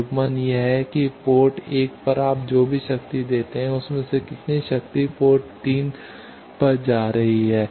युग्मन यह है कि पोर्ट 1 पर आप जो भी शक्ति दे रहे हैं उसमें से कितनी शक्ति पोर्ट 3 पर कितनी जा रही है